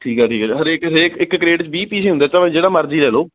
ਠੀਕ ਹੈ ਠੀਕ ਹੈ ਹਰੇਕ ਹਰੇਕ ਇੱਕ ਕਰੇਟ 'ਚ ਵੀਹ ਪੀਸ ਹੀ ਹੁੰਦੇ ਇਹਦਾ ਮਤਲਵ ਜਿਹੜਾ ਮਰਜ਼ੀ ਲੈ ਲਓ